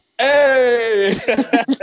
Hey